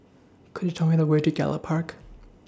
Could YOU Tell Me The Way to Gallop Park